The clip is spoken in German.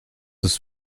ist